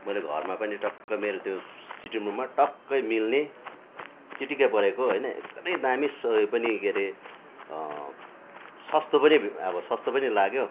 मैले घरमा पनि टक्क मेरो त्यो सिटिङ रुममा टक्कै मिल्ने चिटिक्कै परेको होइन एकदमै दामी ऊ यो पनि के अरे सस्तो पनि अब सस्तो पनि लाग्यो